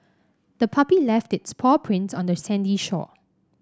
the puppy left its paw prints on the sandy shore